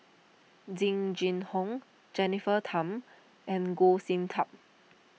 Jing Jun Hong Jennifer Tham and Goh Sin Tub